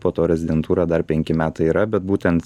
po to rezidentūra dar penki metai yra bet būtent